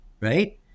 right